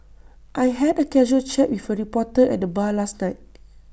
I had A casual chat with A reporter at the bar last night